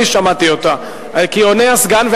כי עונה הסגן.